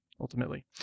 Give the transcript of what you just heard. ultimately